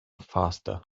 faster